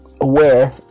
aware